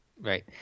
Right